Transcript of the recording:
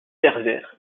pervers